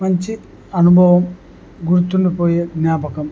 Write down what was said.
మంచి అనుభవం గుర్తుండిపోయే జ్ఞాపకం